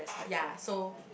ya so